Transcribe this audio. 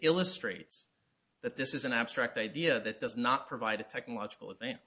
illustrates that this is an abstract idea that does not provide a technological advance